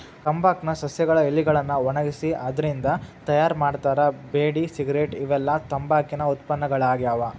ತಂಬಾಕ್ ನ ಸಸ್ಯಗಳ ಎಲಿಗಳನ್ನ ಒಣಗಿಸಿ ಅದ್ರಿಂದ ತಯಾರ್ ಮಾಡ್ತಾರ ಬೇಡಿ ಸಿಗರೇಟ್ ಇವೆಲ್ಲ ತಂಬಾಕಿನ ಉತ್ಪನ್ನಗಳಾಗ್ಯಾವ